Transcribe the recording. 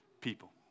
people